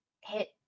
hit